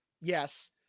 yes